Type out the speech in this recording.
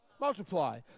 multiply